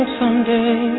someday